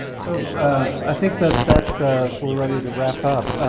so i think that we're ready to wrap up.